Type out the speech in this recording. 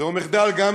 זהו מחדל גם